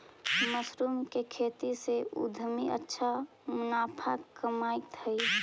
mushroom के खेती से उद्यमी अच्छा मुनाफा कमाइत हइ